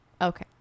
okay